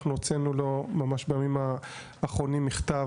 אנחנו הוצאנו לו ממש בימים האחרונים מכתב